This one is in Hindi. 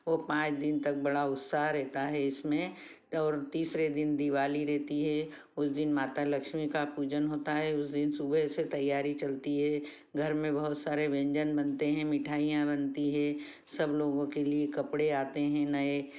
और पाँच दिन तक बड़ा उत्साह रहता है इसमें और तीसरे दिन दिवाली रहती है उस दिन माता लक्ष्मी का पूजन होता है उस दिन सुबह से तैयारी चलती है घर में बहुत सारे व्यंजन बनते हैं मिठाइयाँ बनती है सब लोगों के लिए कपड़े आते हैं नए